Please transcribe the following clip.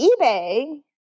ebay